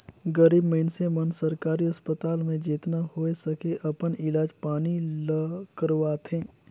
गरीब मइनसे मन सरकारी अस्पताल में जेतना होए सके अपन इलाज पानी ल करवाथें